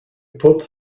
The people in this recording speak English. put